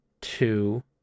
two